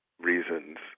reasons